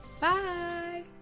Bye